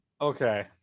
Okay